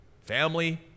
family